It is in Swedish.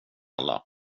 alla